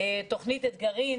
תוכנית אתגרים,